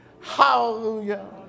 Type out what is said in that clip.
Hallelujah